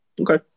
okay